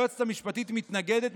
היועצת המשפטית מתנגדת,